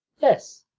yes,